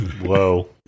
whoa